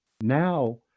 now